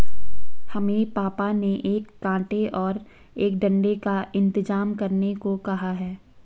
हमें पापा ने एक कांटे और एक डंडे का इंतजाम करने को कहा है